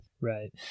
right